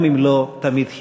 גם אם לא תמיד חיצונית.